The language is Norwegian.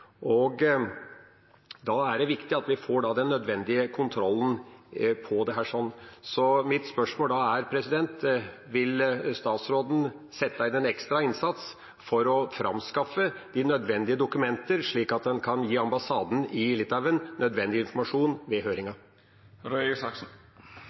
Da er det viktig at vi får den nødvendige kontrollen på dette. Mitt spørsmål er: Vil statsråden sette inn en ekstra innsats for å framskaffe de nødvendige dokumenter, slik at en kan gi ambassaden i Litauen nødvendig informasjon ved